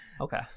Okay